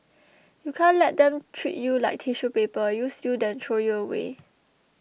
you can't let them treat you like tissue paper use you then throw you away